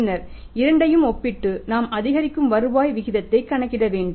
பின்னர் இந்த இரண்டையும் ஒப்பிட்டு நாம் அதிகரிக்கும் வருவாய் விகிதத்தைக் கணக்கிட வேண்டும்